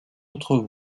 autre